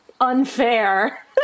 unfair